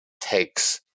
takes